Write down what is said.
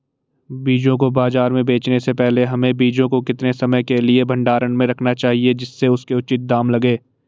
बीजों को बाज़ार में बेचने से पहले हमें बीजों को कितने समय के लिए भंडारण में रखना चाहिए जिससे उसके उचित दाम लगें?